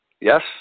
Yes